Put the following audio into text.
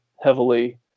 heavily